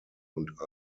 und